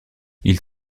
ils